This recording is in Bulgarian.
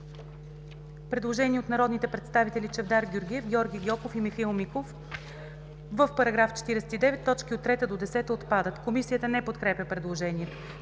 предложение от народните представители Чавдар Георгиев, Георги Гьоков и Михаил Миков: „В § 49 т. 3-10 – отпадат.“ Комисията не подкрепя предложението.